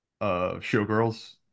Showgirls